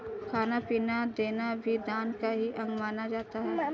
खाना पीना देना भी दान का ही अंग माना जाता है